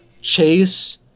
Chase